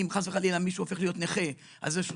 כי אם חס וחלילה מישהו הופך להיות נכה אז יש לו